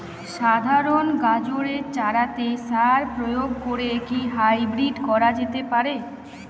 সাধারণ গাজরের চারাতে সার প্রয়োগ করে কি হাইব্রীড করা যেতে পারে?